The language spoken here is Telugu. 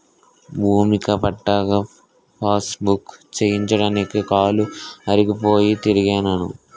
భూమిక పట్టా పాసుబుక్కు చేయించడానికి కాలు అరిగిపోయి తిరిగినాను